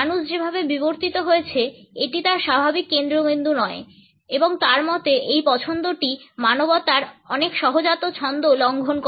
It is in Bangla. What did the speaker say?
মানুষ যেভাবে বিবর্তিত হয়েছে এটি তার স্বাভাবিক কেন্দ্রবিন্দু নয় এবং তার মতে এই পছন্দটি মানবতার অনেক সহজাত ছন্দ লঙ্ঘন করে